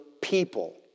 people